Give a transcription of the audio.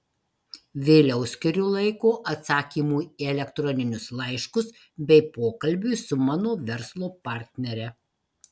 vėliau skiriu laiko atsakymui į elektroninius laiškus bei pokalbiui su mano verslo partnere